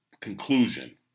conclusion